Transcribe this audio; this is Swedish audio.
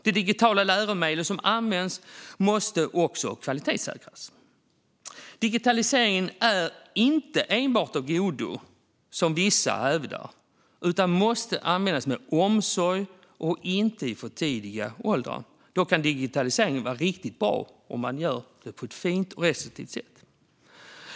De digitala läromedel som används måste också kvalitetssäkras. Digitaliseringen är inte enbart av godo, som vissa hävdar, utan måste användas med omsorg och inte i för tidiga åldrar. Digitalisering kan vara riktigt bra om det görs på ett fint och restriktivt sätt.